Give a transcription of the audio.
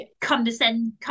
condescend